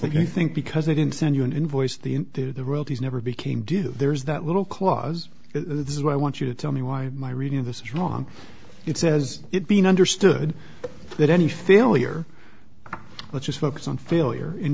that you think because they didn't send you an invoice the the realties never became due there's that little clause this is what i want you to tell me why my reading of this is wrong it says it being understood that any failure let's just focus on failure in